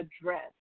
address